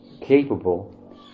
capable